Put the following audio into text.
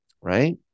right